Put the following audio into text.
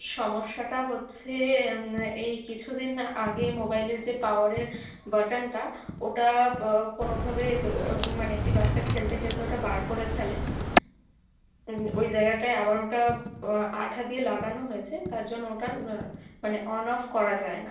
সমস্যাটা হচ্ছে এই কিছুদিন আগে মোবাইলের যে পাওয়ারের বাটনটা ওটা কোনওভাবে মানে একটি বাচ্চা খেলতে খেলতে ওটা বার করে ফেলে ওই জায়গাটায় আবার ওটা আঠা দিয়ে লাগানো হয়েছে তার জন্য ওটা মানে অন অফ করা যায় না